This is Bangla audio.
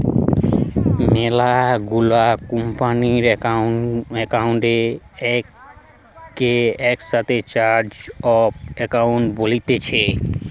মেলা গুলা কোম্পানির একাউন্ট কে একসাথে চার্ট অফ একাউন্ট বলতিছে